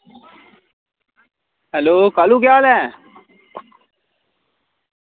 hello Kalu केह् हाल ऐ